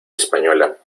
española